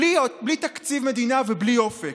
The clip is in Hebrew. בלי תקציב מדינה ובלי אופק".